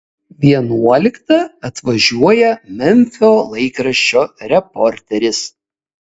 vienuoliktą atvažiuoja memfio laikraščio reporteris